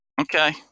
Okay